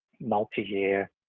multi-year